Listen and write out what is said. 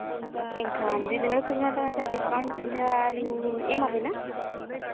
ᱮᱱᱠᱷᱟᱱ ᱰᱤᱥᱠᱟᱣᱩᱱᱴ ᱢᱤᱫ ᱫᱷᱟᱣ ᱞᱤᱧ ᱮᱢᱟᱵᱤᱱᱟ